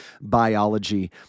biology